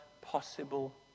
possible